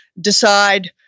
decide